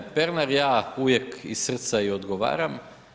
G. Pernar, ja uvijek iz srca i odgovaram.